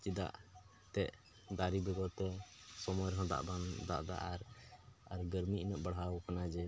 ᱪᱮᱫᱟᱜ ᱛᱮᱫ ᱫᱟᱨᱮ ᱵᱮᱜᱚᱨᱛᱮ ᱥᱚᱭᱚᱭ ᱨᱮᱦᱚᱸ ᱫᱟᱜ ᱵᱟᱝ ᱫᱟᱜ ᱫᱟ ᱟᱨ ᱜᱟᱹᱨᱢᱤ ᱩᱱᱟᱹᱜ ᱵᱟᱲᱦᱟᱣ ᱠᱟᱱᱟ ᱡᱮ